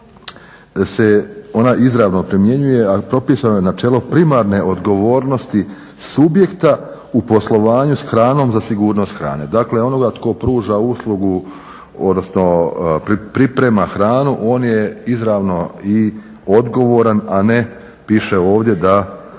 se ona izravno primjenjuje a propisano je načelo primarne odgovornosti subjekta u poslovanju s hranom za sigurnost hrane. Dakle onoga tko pruža usluga odnosno priprema hranu on je izravno odgovoran, a ne piše ovdje da